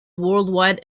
worldwide